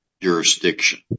jurisdiction